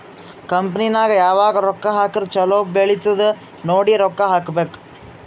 company ನಾಗ್ ಯಾವಾಗ್ ರೊಕ್ಕಾ ಹಾಕುರ್ ಛಲೋ ಬೆಳಿತ್ತುದ್ ನೋಡಿ ರೊಕ್ಕಾ ಹಾಕಬೇಕ್